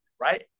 right